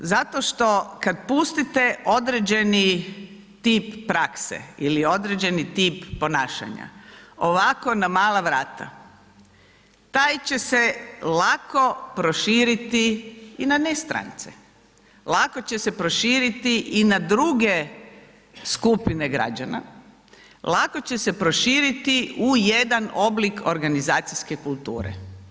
Zato što kad pustite određeni tip prakse ili određeni tip ponašanja ovako na mala vrata, taj će se lako proširiti i na ne strance, lako će se proširiti i na druge skupine građana, lako će se proširiti u jedan oblik organizacijske kulture.